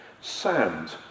sand